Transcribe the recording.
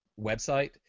website